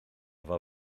efo